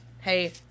Hey